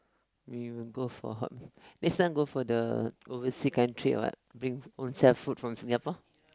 we will go for next time go for the oversea country what bring ownself food from Singapore